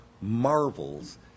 marvels